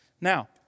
Now